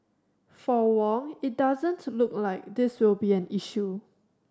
for Wong it doesn't to look like this will be an issue